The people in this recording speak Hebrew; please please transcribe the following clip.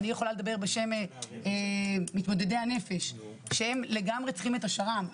אני יכולה לדבר בשם מתמודדי הנפש שהם לגמרי צריכים את השר"מ.